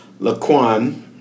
Laquan